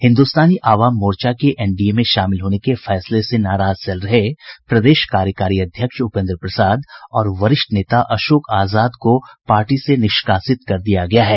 हिन्दुस्तानी आवाम मोर्चा के एनडीए में शामिल होने के फैसले से नाराज चल रहे प्रदेश कार्यकारी अध्यक्ष उपेन्द्र प्रसाद और वरिष्ठ नेता अशोक आजाद को पार्टी से निष्कासित कर दिया गया है